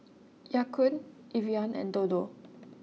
Ya Kun Evian and Dodo